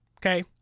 Okay